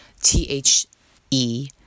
T-H-E